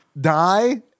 die